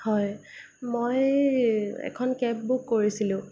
হয় মই এখন কেব বুক কৰিছিলোঁ